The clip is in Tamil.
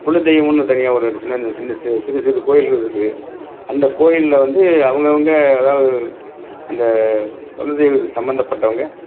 குல தெய்வம்னு தனியாக ஒரு சின்ன சின்ன சி சிறு சிறு கோவில்கள் இருக்குது அந்த கோயிலில் வந்து அவங்க அவங்க அதாவது அந்த குல தெய்வத்துக்கு சம்மந்தப்பட்டவங்க